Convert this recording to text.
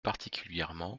particulièrement